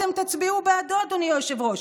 אתם תצביעו בעדו, אדוני היושב-ראש,